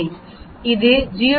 இது 0